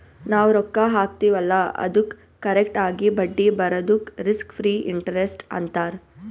ನಾವ್ ರೊಕ್ಕಾ ಹಾಕ್ತಿವ್ ಅಲ್ಲಾ ಅದ್ದುಕ್ ಕರೆಕ್ಟ್ ಆಗಿ ಬಡ್ಡಿ ಬರದುಕ್ ರಿಸ್ಕ್ ಫ್ರೀ ಇಂಟರೆಸ್ಟ್ ಅಂತಾರ್